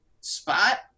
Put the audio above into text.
spot